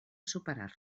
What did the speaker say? superar